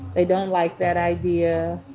they don't like that idea.